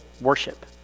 worship